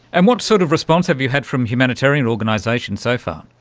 and what sort of response have you had from humanitarian organisations so far?